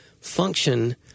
function